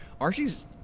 Archie's